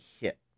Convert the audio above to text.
hit